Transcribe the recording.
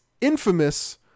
infamous